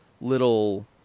little